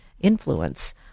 influence